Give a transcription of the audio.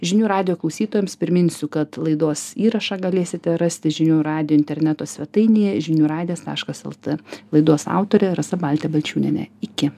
žinių radijo klausytojams priminsiu kad laidos įrašą galėsite rasti žinių radijo interneto svetainėje žinių radijas taškas lt laidos autorė rasa baltė balčiūnienė iki